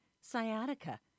sciatica